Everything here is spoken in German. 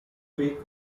creek